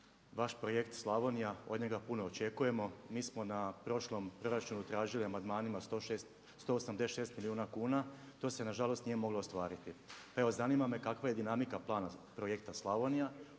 vaš Projekt Slavonija od njega puno očekujemo, mi smo na prošlom proračunu tražili amandmanima 186 milijuna kuna, to se nažalost nije moglo ostvariti. Evo zanima me kakva je dinamika plana Projekta Slavonija?